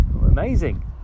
Amazing